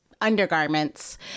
undergarments